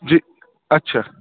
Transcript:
جی اچھا